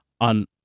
on